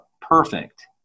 perfect